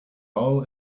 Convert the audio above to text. all